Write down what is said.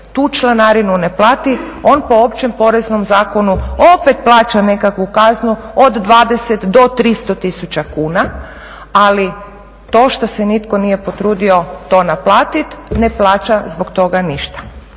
tu članarinu ne plati on po općem Poreznom zakonu opet plaća nekakvu kaznu od 20 do 300 tisuća kuna, ali to što se nitko nije potrudio to naplatiti ne plaća zbog toga ništa.